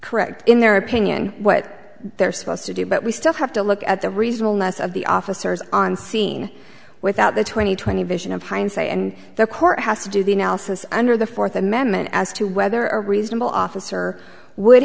correct in their opinion what they're supposed to do but we still have to look at the reasonable ness of the officers on scene without the twenty twenty vision of hindsight and the court has to do the analysis under the fourth amendment as to whether a reasonable officer would